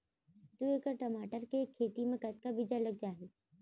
दू एकड़ टमाटर के खेती मा कतका बीजा लग जाही?